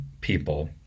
people